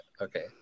okay